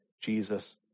Jesus